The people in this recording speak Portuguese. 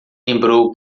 lembrou